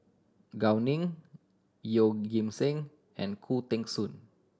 Gao Ning Yeoh Ghim Seng and Khoo Teng Soon